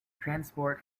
transport